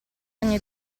ogni